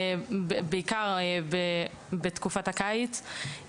בעיקר בתקופת הקיץ,